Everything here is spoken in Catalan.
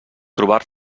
trobar